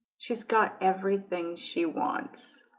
she's got everything she wants